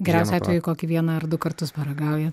geriausiu atveju kokį vieną ar du kartus paragauja